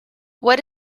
what